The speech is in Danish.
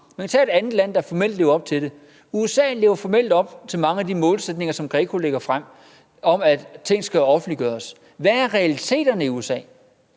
kan tage et andet land, der formelt lever op til det: USA lever formelt op til mange af de målsætninger, som GRECO lægger frem, om, at ting skal offentliggøres. Hvad er realiteterne i USA?